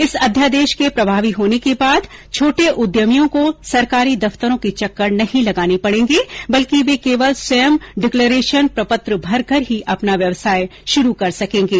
इस अध्यादेश के प्रभावी होने के बाद छोटे उद्यमियों को सरकारी दफ्तरों के चक्कर नहीं लगाने पडेंगे बल्कि वे केवल स्वयं डिक्लेरेशन प्रपत्र भरकर ही अपना व्यवसाय शुरू कर सकेंगे